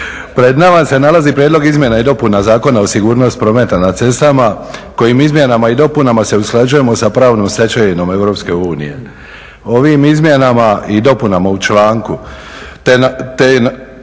Pred nama se nalazi Prijedlog izmjena i dopuna Zakona o sigurnosti prometa na cestama, kojim izmjenama i dopunama se usklađujemo sa pravnom stečevinom Europske unije. Ovim izmjenama i dopunama u članku te navode